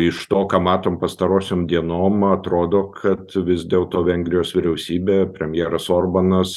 iš to ką matom pastarosiom dienom atrodo kad vis dėlto vengrijos vyriausybė premjeras orbanas